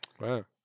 Wow